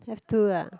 have to lah